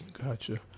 gotcha